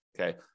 Okay